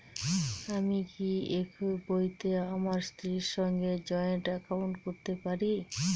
আমি কি একই বইতে আমার স্ত্রীর সঙ্গে জয়েন্ট একাউন্ট করতে পারি?